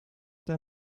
der